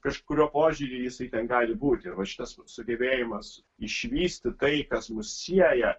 kažkuriuo požiūriu jisai tegali būti ir va šitas sugebėjimas išvysti tai kas mus sieja